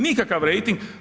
Nikakav rejting.